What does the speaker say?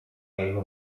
jego